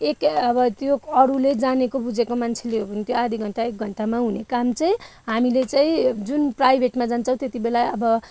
एक अब त्यो अरूले जानेको बुझेको मान्छेले हो भने त्यो आधा घन्टा एक घन्टामा हुने काम चाहिँ हामीले चाहिँ जुन प्राइभेटमा जान्छौँ त्यति बेलै अब